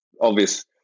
obvious